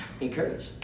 Encourage